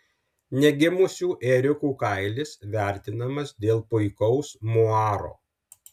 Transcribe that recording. negimusių ėriukų kailis vertinamas dėl puikaus muaro